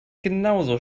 genauso